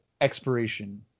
expiration